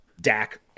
Dak